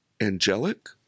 angelic